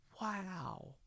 Wow